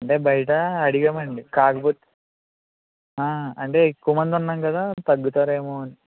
అంటే బయటా అడిగామండి కాకపోతే అంటే ఎక్కువ మంది ఉన్నాం కదా తగ్గుతారేమో అని